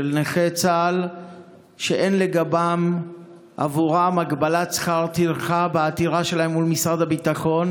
של נכי צה"ל שאין בעבורם הגבלת שכר טרחה בעתירות שלהם מול משרד הביטחון,